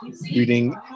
reading